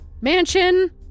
mansion